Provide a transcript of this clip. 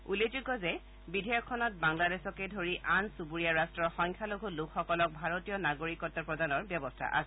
উল্লেখযোগ্য যে বিধেয়কখনত বাংলাদেশকে ধৰি আন চুবুৰীয়া ৰট্টৰ সংখ্যালঘু লোকসকলক ভাৰতীয় নাগৰিকত্ প্ৰদানৰ ব্যৱস্থা আছে